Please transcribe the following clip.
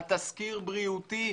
על תסקיר בריאותי.